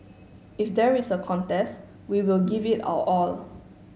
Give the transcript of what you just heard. if there is a contest we will give it our all